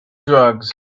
drugs